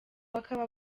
bakaba